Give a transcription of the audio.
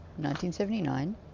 1979